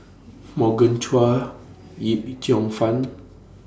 Morgan Chua Yip Cheong Fun